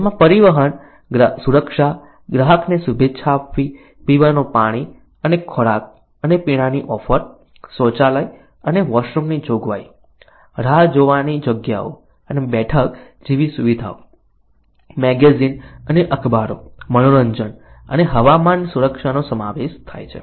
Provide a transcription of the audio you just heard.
તેમાં પરિવહન સુરક્ષા ગ્રાહકને શુભેચ્છા આપવી પીવાનું પાણી ખોરાક અને પીણાંની ઓફર શૌચાલય અને વોશરૂમની જોગવાઈ રાહ જોવાની જગ્યાઓ અને બેઠક જેવી સુવિધાઓ મેગેઝિન અને અખબારો મનોરંજન અને હવામાન સુરક્ષાનો સમાવેશ થાય છે